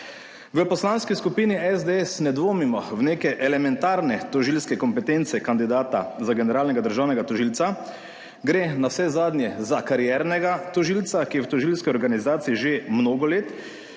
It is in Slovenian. V Poslanski skupini SDS ne dvomimo v neke elementarne tožilske kompetence kandidata za generalnega državnega tožilca, navsezadnje gre za kariernega tožilca, ki je v tožilski organizaciji že mnogo let,